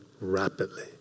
rapidly